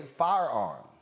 firearm